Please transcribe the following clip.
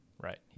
Right